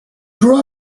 grew